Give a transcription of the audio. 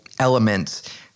Elements